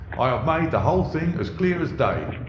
i have made the whole thing as clear as day.